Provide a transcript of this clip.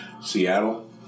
Seattle